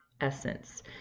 essence